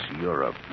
Europe